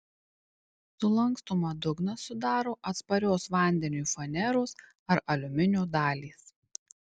sulankstomą dugną sudaro atsparios vandeniui faneros ar aliuminio dalys